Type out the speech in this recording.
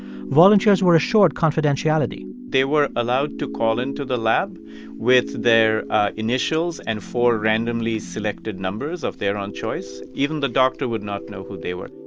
volunteers were assured confidentiality they were allowed to call into the lab with their initials and four randomly selected numbers of their own choice. even the doctor would not know who they were